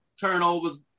turnovers